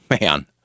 man